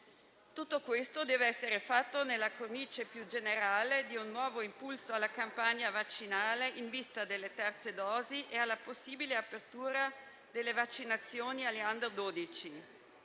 Tutto questo deve essere fatto nella cornice più generale di un nuovo impulso alla campagna vaccinale in vista delle terze dosi e alla possibile apertura delle vaccinazioni agli *under* 12.